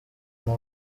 nta